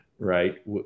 right